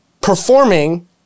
Performing